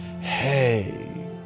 hey